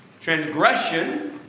Transgression